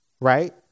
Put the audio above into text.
Right